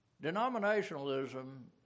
Denominationalism